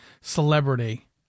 celebrity